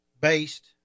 based